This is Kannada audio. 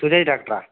ಸುಜಯ್ ಡಾಕ್ಟ್ರಾ